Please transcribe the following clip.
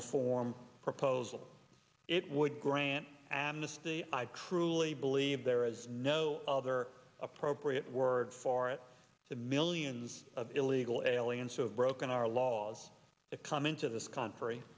reform proposal it would grant amnesty i truly believe there is no other appropriate word for it to millions of illegal aliens who have broken our laws to come into this co